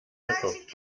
hinterkopf